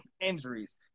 injuries